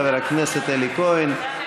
חבר הכנסת אלי כהן,